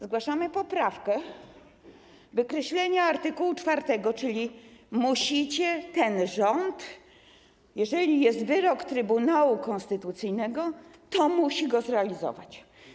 Zgłaszamy poprawkę: wykreślenie art. 4, czyli musicie ten rząd... jeżeli jest wyrok Trybunału Konstytucyjnego, to musi go zrealizować.